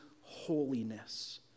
holiness